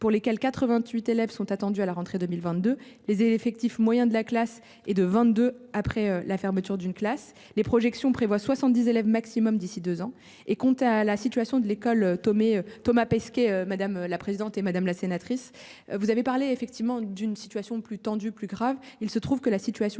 pour lesquels 88 élèves sont attendus à la rentrée 2022, les effectifs moyens de la classe et de 22 après la fermeture d'une classe les projections prévoient 70 élèves maximum d'ici 2 ans. Et quant à la situation de l'école Tome Thomas Pesquet madame la présidente et Madame la sénatrice. Vous avez parlé effectivement d'une situation plus tendue plus grave. Il se trouve que la situation